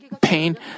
pain